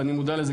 ואני מודע לזה,